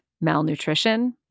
malnutrition